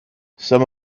some